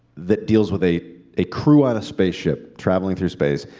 that deals with a a crew on a spaceship traveling through space,